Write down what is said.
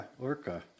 Orca